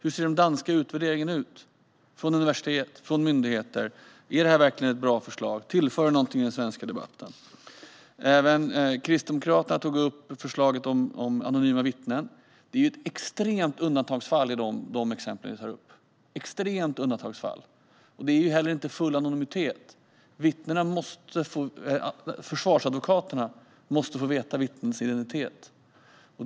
Hur ser den danska utvärderingen från universitet och myndigheter ut? Är detta verkligen ett bra förslag, och tillför det något i den svenska debatten? Kristdemokraterna tog upp förslaget om anonyma vittnen. De exempel ni tar upp är ju extrema undantagsfall. Det blir heller inte full anonymitet. Försvarsadvokaterna måste få veta vittnenas identitet.